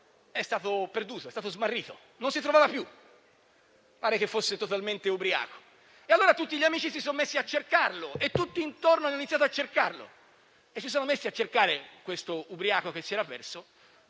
cinquantenne è stato smarrito e non lo si trovava più; pare che fosse totalmente ubriaco. Tutti gli amici si sono messi a cercarlo e tutti intorno hanno iniziato a cercarlo; si sono messi a cercare questo ubriaco che si era perso